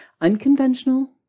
Unconventional